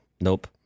nope